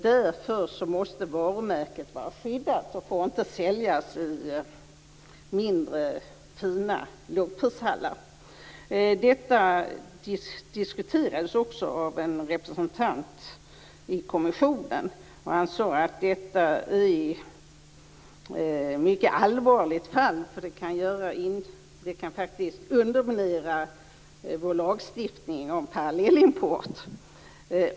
Därför måste varumärket vara skyddat och får inte säljas i mindre fina lågprishallar. Detta diskuterades också av en representant i kommissionen. Han sade att det var ett mycket allvarligt fall därför att det kan underminera vår lagstiftning om parallellimport.